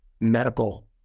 medical